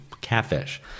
catfish